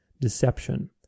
deception